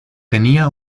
tenía